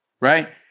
right